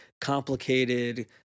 complicated